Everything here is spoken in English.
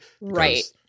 Right